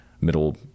middle